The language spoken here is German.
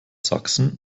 sachsen